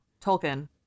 tolkien